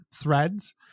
Threads